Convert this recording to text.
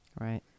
Right